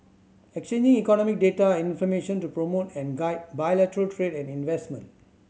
exchanging economic data and information to promote and guide bilateral trade and investment